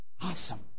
Awesome